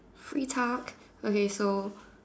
free talk okay so